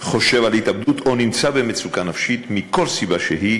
חושב על התאבדות או נמצא במצוקה נפשית מכל סיבה שהיא,